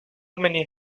many